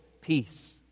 peace